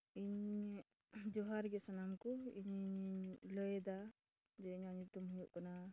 ᱤᱧ ᱡᱚᱦᱟᱨ ᱜᱮ ᱥᱟᱱᱟᱢ ᱠᱚ ᱤᱧᱤᱧ ᱞᱟᱹᱭᱮᱫᱟ ᱡᱮ ᱤᱧᱟᱹᱜ ᱧᱩᱛᱩᱢ ᱦᱩᱭᱩᱜ ᱠᱟᱱᱟ